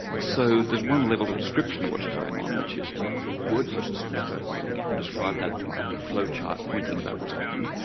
so there's one level of description of what's going on which is that word processing is going on um and you can describe that by a flow chart pointing about what's happening.